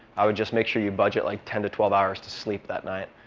i would just make sure you budget like ten to twelve hours to sleep that night,